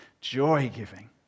joy-giving